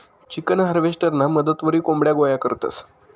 chicken हार्वेस्टरना मदतवरी कोंबड्या गोया करतंस